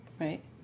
right